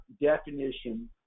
definition